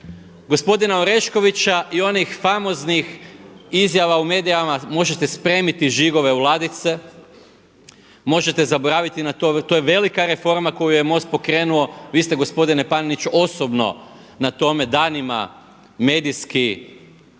gospodina Oreškovića i onih famoznih izjava u medijima možete spremiti žigove u ladice, možete zaboraviti na to. To je velika reforma koju je MOST pokrenuo. Vi ste gospodine Panenić osobno na tome danima medijski